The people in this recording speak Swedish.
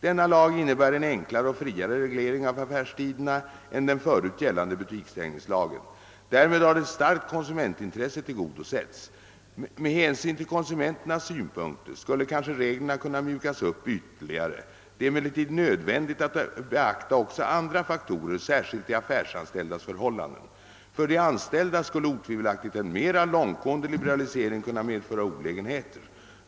Denna lag innebär en enklare och friare reglering av affärstiderna än den förut gällande butiksstängningslagen. Därmed har ett starkt konsumentintresse tillgodosetts. Med hänsyn till konsumenternas synpunkter skulle kanske reglerna kunna mjukas upp ytterligare. Det är emellertid nödvändigt att beakta också andra faktorer, särskilt de affärsanställdas förhållanden. För de anställda skulle otvivelaktigt en mera långtgående liberalisering kunna medföra olägenheter.